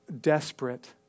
desperate